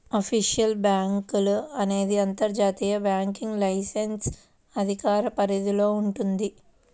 offshore బ్యేంకులు అనేది అంతర్జాతీయ బ్యాంకింగ్ లైసెన్స్ అధికార పరిధిలో వుంటది